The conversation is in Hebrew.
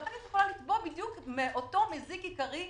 ואחר כך היא יכולה לתבוע את אותו מזיק עיקרי.